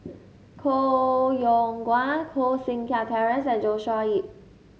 Koh Yong Guan Koh Seng Kiat Terence and Joshua Ip